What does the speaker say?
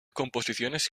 composiciones